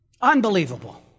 Unbelievable